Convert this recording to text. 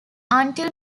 until